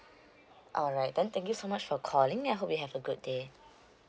alright then thank you so much for calling I hope you have a good day